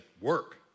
work